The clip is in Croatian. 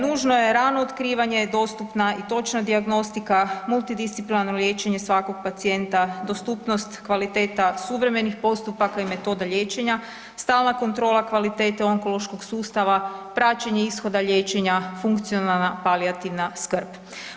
Nužno je rano otkrivanje, dostupna i točna dijagnostika, multidisciplinarno liječenje svakog pacijenta, dostupnost kvaliteta suvremenih postupaka i metoda liječenja, stalna kontrola kvalitete onkološkog sustava, praćenje ishoda liječenja, funkcionalna palijativna skrb.